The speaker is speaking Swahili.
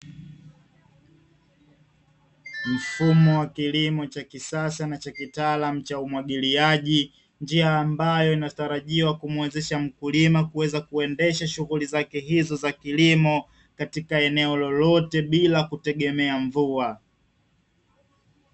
Mfumo wa kilimo cha kisasa na cha kitaalamu cha umwagiliaji, njia ambayo inatarajiwa kumwezesha mkulima kuweza kuendesha shughuli zake hizo za kilimo, katika eneo lolote bila kutegemea mvua.